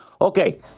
Okay